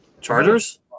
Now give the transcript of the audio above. Chargers